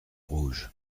rouge